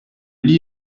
lit